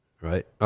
right